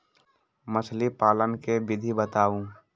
मछली पालन के विधि बताऊँ?